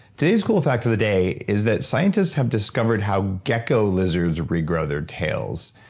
today's cool fact of the day is that scientists have discovered how gecko lizards regrow their tails.